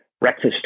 breakfast